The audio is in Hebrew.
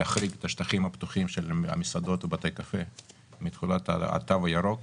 נה להחריג את השטחים הפתוחים של המסעדות ובתי הקפה מתחולת התו הירוק.